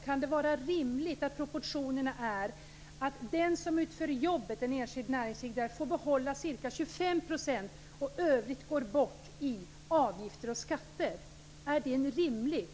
Kan det vara rimligt att proportionerna är att den som utför jobbet, en enskild näringsidkare, får behålla ca 25 % medan resten går bort i avgifter och skatter? Är det rimligt?